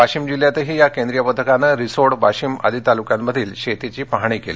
वाशिम जिल्ह्यातही केंद्रीय पथकानं रिसोडवाशिम आदी तालुक्यांमधील शेतीची पाहणी केली